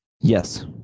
yes